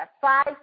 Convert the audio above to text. five